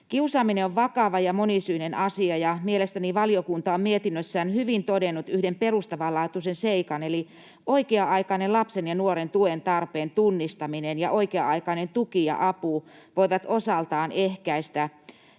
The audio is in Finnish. Kiusaaminen on vakava ja monisyinen asia, ja mielestäni valiokunta on mietinnössään hyvin todennut yhden perustavanlaatuisen seikan eli sen, että oikea-aikainen lapsen ja nuoren tuen tarpeen tunnistaminen ja oikea-aikainen tuki ja apu voivat osaltaan ehkäistä